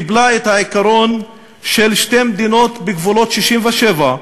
קיבלה את העיקרון של שתי מדינות בגבולות 67',